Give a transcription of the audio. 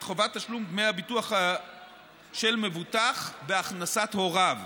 את חובת תשלום דמי הביטוח של מבוטח בהכנסת הוריו,